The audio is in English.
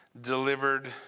delivered